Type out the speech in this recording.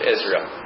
Israel